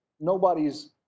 Nobody's